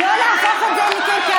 לא להפוך את זה לקרקס.